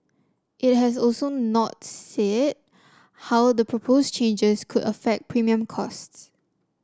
it has also not said how the proposed changes could affect premium costs